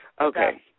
Okay